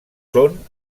són